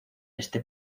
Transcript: este